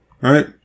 right